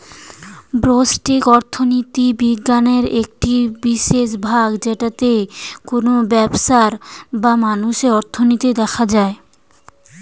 ব্যষ্টিক অর্থনীতি বিজ্ঞানের একটি বিশেষ ভাগ যেটাতে কোনো ব্যবসার বা মানুষের অর্থনীতি দেখা হয়